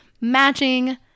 matching